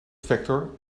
vector